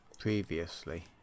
Previously